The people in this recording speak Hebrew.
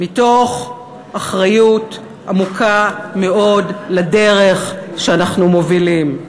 מתוך אחריות עמוקה מאוד לדרך שאנחנו מובילים,